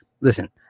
Listen